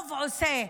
שהרוב עושה.